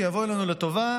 שיבוא עלינו לטובה,